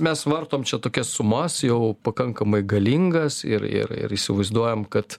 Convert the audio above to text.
mes vartom čia tokias sumas jau pakankamai galingas ir ir ir įsivaizduojam kad